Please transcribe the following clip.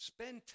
Spend